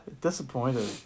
disappointed